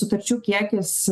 sutarčių kiekis